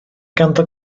ganddo